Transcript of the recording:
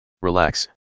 Relax